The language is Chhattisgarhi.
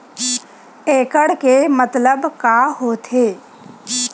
एकड़ के मतलब का होथे?